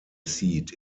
seat